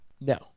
No